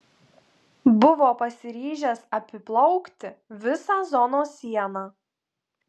buvo pasiryžęs apiplaukti visą zonos sieną